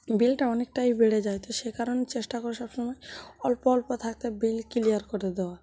বিলটা অনেকটাই বেড়ে যায় তো সেই কারণে চেষ্টা করি সবসময় অল্প অল্প থাকতে বিল ক্লিয়ার করে দেওয়া